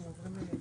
תודה.